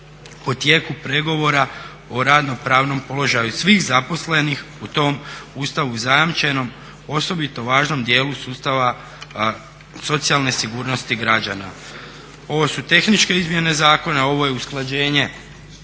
Ovo su tehničke izmjene zakona, ovo je usklađenje